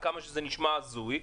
עד כמה שזה נשמע הזוי.